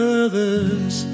others